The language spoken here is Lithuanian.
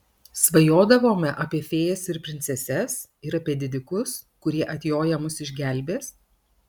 svajodavome apie fėjas ir princeses ir apie didikus kurie atjoję mus išgelbės